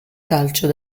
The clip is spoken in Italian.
calcio